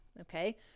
Okay